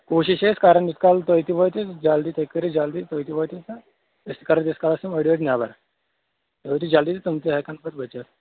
کوٗشِش چھِ أسۍ کران یِتہٕ کالہٕ تُہی تہِ وٲتِو جلدی تُہۍ کٔرِو جلدی تُہۍ تہِ وٲتِو کانٛہہ أسۍ تہِ کرو تیٖتِس کالَس یِم أڈۍ أڈۍ نیٚبر تُہۍ وٲتِو جلدی تِم تہِ ہیٚکن پَتہٕ بٔچِتھ